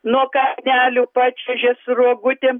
nuo kalnelių pačiuožė su rogutėm